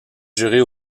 jurer